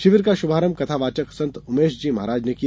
शिविर का शुभारंभ कथा वाचक संत उमेश जी महाराज ने किया